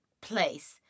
place